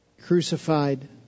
crucified